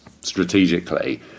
strategically